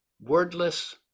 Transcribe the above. wordless